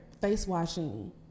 face-washing